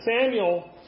Samuel